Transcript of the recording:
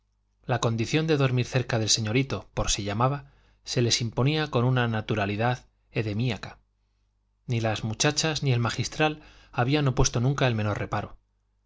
la condición de dormir cerca del señorito por si llamaba se les imponía con una naturalidad edemíaca ni las muchachas ni el magistral habían opuesto nunca el menor reparo